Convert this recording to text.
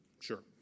Sure